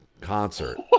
concert